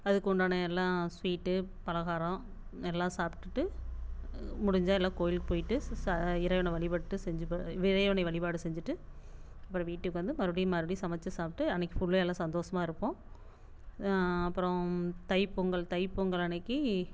அதுக்கு உண்டான எல்லாம் ஸ்வீட்டு பலகாரம் எல்லாம் சாப்பிட்டுட்டு முடிஞ்சா எல்லாம் கோயிலுக்கு போயிவிட்டு இறைவனை வழிபட்டு செஞ்சு இறைவனை வழிபாடு செஞ்சிவிட்டு அப்புறம் வீட்டுக்கு வந்து மறுபடியும் மறுபடியும் சமைச்சு சாப்பிட்டு அன்னக்கு ஃபுல்லும் எல்லாம் சந்தோஷமாக இருப்போம் அப்புறம் தை பொங்கல் தை பொங்கல் அன்னக்கு